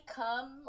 come